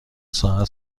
ساعت